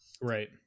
right